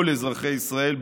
כל אזרחי ישראל,